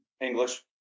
English